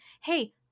hey